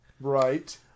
Right